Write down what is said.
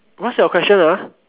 what's your question ah